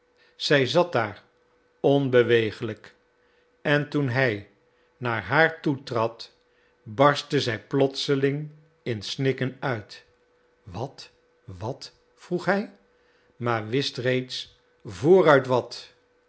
zij zat daar onbewegelijk en toen hij naar haar toe trad barstte zij plotseling in snikken uit wat wat vroeg hij maar wist reeds vooruit wat